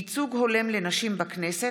איסור הגבלת גיל בהרשמה למוסד להשכלה גבוהה),